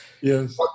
Yes